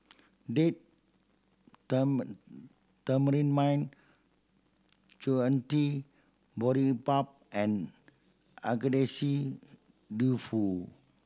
Date Tamarind Chutney Boribap and Agedashi Dofu